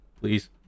please